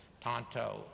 Tonto